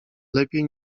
lepiej